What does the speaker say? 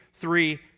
three